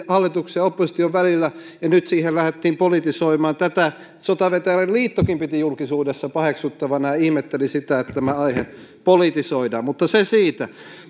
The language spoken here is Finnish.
hallituksen ja opposition välillä ja nyt se lähdettiin politisoimaan tätä sotaveteraaniliittokin piti julkisuudessa paheksuttavana ja ihmetteli sitä että tämä aihe politisoidaan mutta se siitä